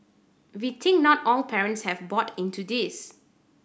we think not all parents have bought into this